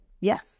yes